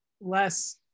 less